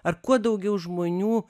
ar kuo daugiau žmonių